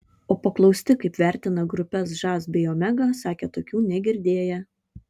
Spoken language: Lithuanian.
o paklausti kaip vertina grupes žas bei omega sakė tokių negirdėję